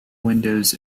windows